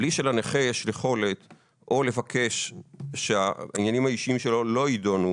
בלי שלנכה יש יכולת או לבקש שהעניינים האישיים שלו לא יידונו